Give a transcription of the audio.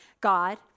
God